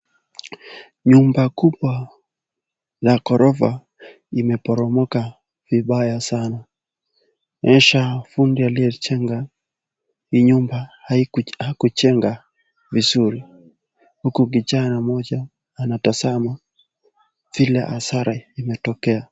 Nyumba kubwa ya ghorofa imeporomoka vibaya sana, inaonyesha fundi aliyejenga hii nyumba hakujenga vizuri, huku kijana mmoja anatazama vile hasara imetokea.